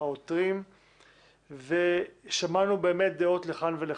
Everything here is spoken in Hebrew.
העותרים ושמענו באמת דעות לכאן ולכאן,